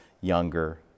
younger